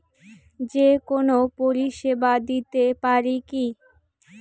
যে কোনো পরিষেবা দিতে পারি কি?